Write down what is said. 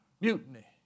Mutiny